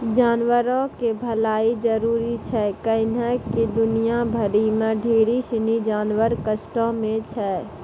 जानवरो के भलाइ जरुरी छै कैहने कि दुनिया भरि मे ढेरी सिनी जानवर कष्टो मे छै